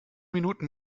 minuten